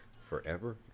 forever